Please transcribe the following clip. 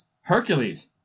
hercules